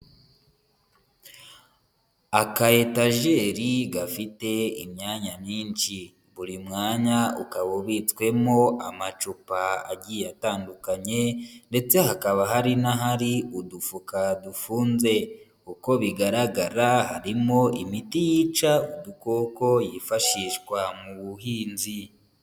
Akayetajeri gafite imyanya myinshi, buri mwanya ukaba ubitswemo amacupa agiye atandukanye, ndetse hakaba hari n'ahari udufuka dufunze. Uko bigaragara harimo imiti yica udukoko, yifashishwa mu buhinzi.